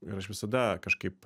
ir aš visada kažkaip